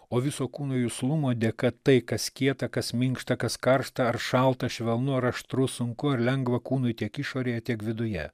o viso kūno juslumo dėka tai kas kieta kas minkšta kas karšta ar šalta švelnų ar aštru sunku ir lengva kūnui tiek išorėje tiek viduje